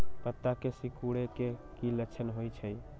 पत्ता के सिकुड़े के की लक्षण होइ छइ?